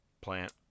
plant